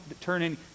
turning